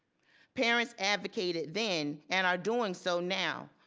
parents advocated then and are doing so now.